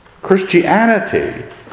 Christianity